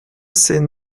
sehen